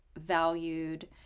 valued